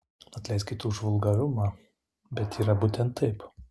atleiskit už vulgarumą bet yra būtent taip